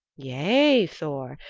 yea, thor,